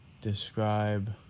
describe